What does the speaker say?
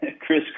Chris